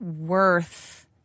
worth